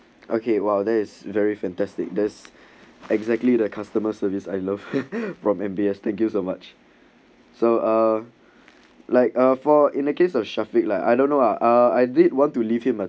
okay while there is very fantastic this exactly the customer service I love from M_B_S thank you much so uh like a for in the case of syafiq lah I don't know ah I didn't want to leave him ah